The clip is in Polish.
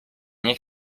nie